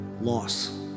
loss